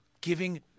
giving